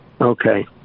Okay